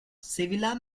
sevilen